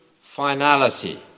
finality